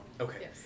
Okay